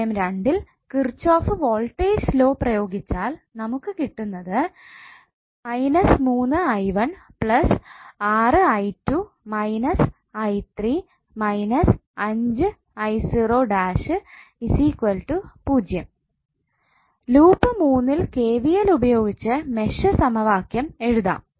വളയം രണ്ടിൽ Kirchhoff voltage law പ്രയോഗിച്ചാൽ നമുക്ക് കിട്ടുന്നത് 6 50 Fലൂപ്പ് മൂന്നിൽ KVL ഉപയോഗിച്ച് മെഷ് സമവാക്യം എഴുതാം